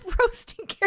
roasting